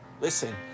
Listen